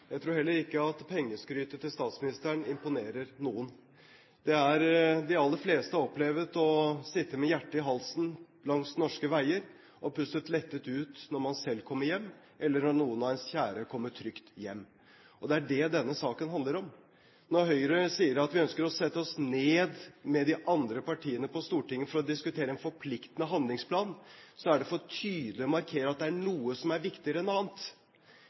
jeg ikke imponerer noen. Jeg tror heller ikke at pengeskrytet til statsministeren imponerer noen. De aller fleste har opplevd å sitte med hjertet i halsen langs norske veier og har pustet lettet ut når man selv har kommet hjem, eller når noen av ens kjære har kommet trygt hjem. Det er det denne saken handler om. Når Høyre sier at vi ønsker å sette oss ned med de andre partiene på Stortinget for å diskutere en forpliktende handlingsplan, er det for tydelig å markere at det er noe som er viktigere enn annet.